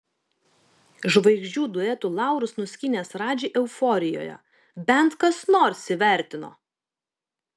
žvaigždžių duetų laurus nuskynęs radži euforijoje bent kas nors įvertino